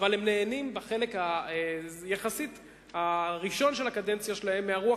אבל הם נהנים בחלק הראשון של הקדנציה שלהם מהרוח